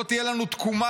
לא תהיה לנו תקומה,